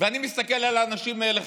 ואני מסתכל על האנשים האלה,